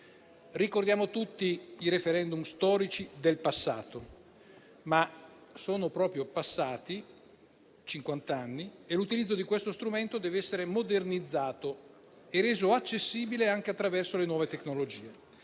ricordiamo i *referendum* storici del passato, ma sono proprio passati cinquant'anni e l'utilizzo di questo strumento dev'essere modernizzato e reso accessibile anche attraverso le nuove tecnologie.